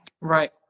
Right